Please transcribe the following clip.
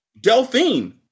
Delphine